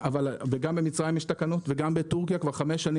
וגם במצרים יש תקנות וגם בטורקיה כבר חמש שנים